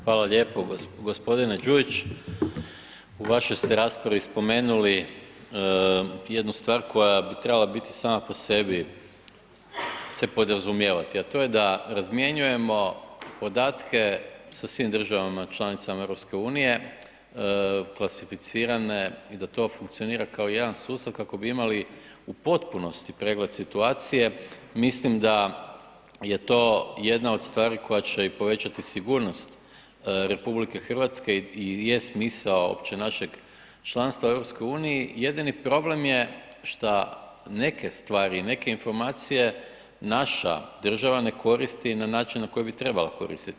Hvala lijepo. g. Đujić, u vašoj ste raspravi spomenuli jednu stvar koja bi trebala biti sama po sebi se podrazumijevati, a to je da razmjenjujemo podatke sa svim državama članicama EU klasificirane i da to funkcionira kao jedan sustav kako bi imali u potpunosti pregled situacije, mislim da je to jedna od stvari koja će i povećati sigurnost RH i je smisao opće našeg članstva u EU, jedini problem je šta neke stvari, neke informacije, naša država ne koristi na način na koji bi trebala koristiti.